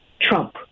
trump